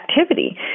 activity